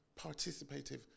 participative